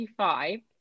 25